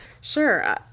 Sure